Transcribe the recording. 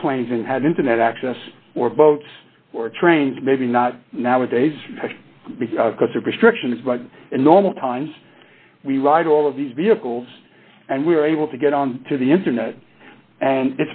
airplanes and had internet access or boats or trains maybe not nowadays because of restrictions but in normal times we ride all of these vehicles and we are able to get on to the internet and